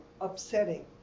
upsetting